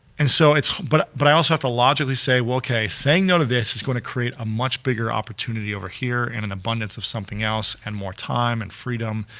and so but but i also have to logically say, well okay, saying no to this is going to create a much bigger opportunity over here and an abundance of something else, and more time and freedom.